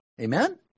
Amen